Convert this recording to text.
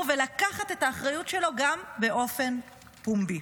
ולקחת את האחריות שלו גם באופן פומבי.